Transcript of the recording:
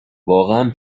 واقعا